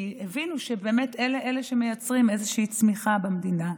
כי הבינו שבאמת הם אלה שמייצרים איזושהי צמיחה במדינה.